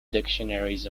dictionaries